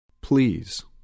Please